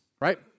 right